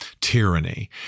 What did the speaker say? tyranny